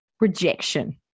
rejection